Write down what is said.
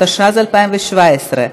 התשע"ז 2017,